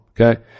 okay